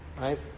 right